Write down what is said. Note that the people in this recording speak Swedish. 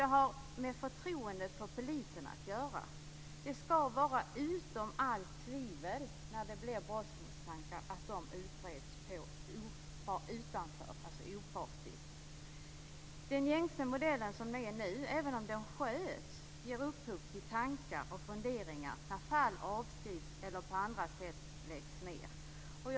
Det har med förtroendet för polisen att göra. Det skall vara utom allt tvivel att brottsmisstankar utreds opartiskt. Den gängse modellen som gäller nu ger - även om den sköts - upphov till tankar och funderingar när fall avskrivs eller läggs ned på andra sätt.